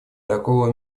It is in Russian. такого